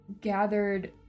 gathered